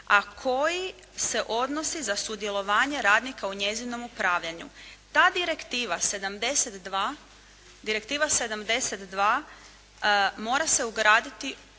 a koji se odnosi za sudjelovanje radnika u njezinom upravljanju. Ta Direktiva 72 mora se ugraditi u Zakon